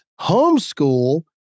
homeschool